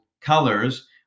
colors